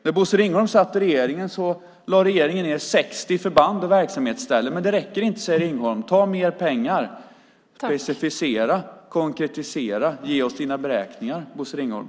När Bosse Ringholm satt i regeringen lade de ned 60 förband och verksamhetsställen, men det räcker inte, säger Ringholm - ta mer pengar! Specificera, konkretisera och ge oss dina beräkningar, Bosse Ringholm!